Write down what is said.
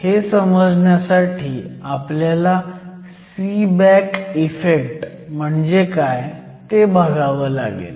हे समजण्यासाठी आपल्याला सीबॅक इफेक्ट म्हणजे काय ते बघावं लागेल